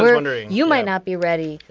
um wondering you might not be ready,